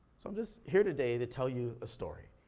so i'm just here today to tell you a story.